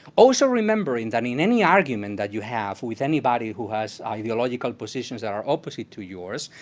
also remembering that in any argument that you have with anybody who has ideological positions that are opposite to yours,